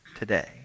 Today